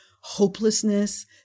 hopelessness